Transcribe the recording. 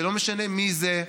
ולא משנה מי זה,